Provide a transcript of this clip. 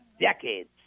decades